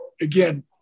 again